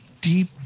deep